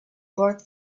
bored